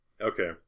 okay